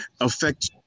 affect